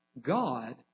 God